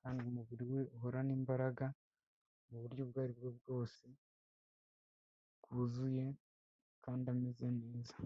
kandi umubiri we uhorane imbaraga mu buryo ubwo aribwo bwose bwuzuye kandi ameze neza.